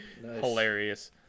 Hilarious